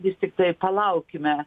vis tiktai palaukime